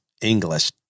English